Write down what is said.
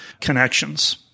connections